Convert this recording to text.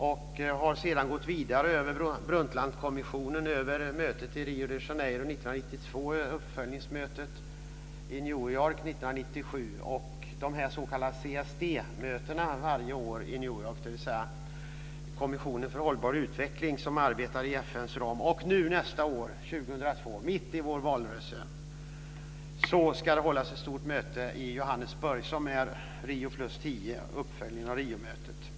Det har sedan gått vidare med Brundtlandkommissionen, mötet i Rio de Janeiro 1992, uppföljningsmötet i New York 1997 och de s.k. CSD-mötena i New York varje år, dvs. kommissionen för hållbar utveckling som arbetar inom FN:s ram. Nästa år, 2002, mitt i vår valrörelse, ska det hållas ett stort möte i Johannesburg - Rio +10 - som en uppföljning av Riomötet.